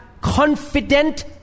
confident